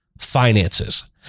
finances